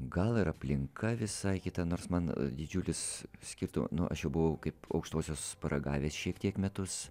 gal ir aplinka visai kita nors man didžiulis skirtumas nu aš jau buvau kaip aukštosios paragavęs šiek tiek metus